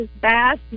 bass